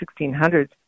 1600s